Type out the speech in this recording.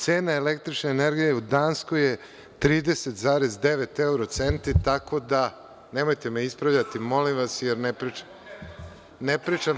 Cena električne energije u Danskoj je 30,9 evrocenti, tako da nemojte me ispravljati molim vas, jer ne pričam napamet.